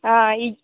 आं इ